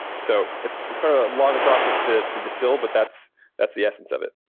so it's it's kind of a long process to to distill, but that's that's the essence of it.